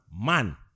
Man